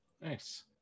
Nice